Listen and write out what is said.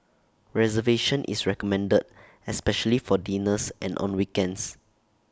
reservation is recommended especially for dinners and on weekends